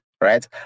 right